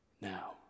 Now